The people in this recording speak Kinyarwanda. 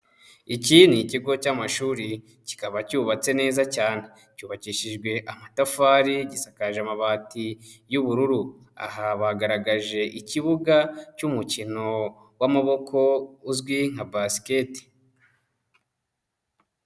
Iki ni ikigo cy'amashuri kikaba cyubatse neza cyane, cyubakishijwe amatafari gisakaje amabati y'ubururu, aha bagaragaje ikibuga cy'umukino w'amaboko uzwi nka basket.